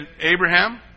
Abraham